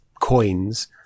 coins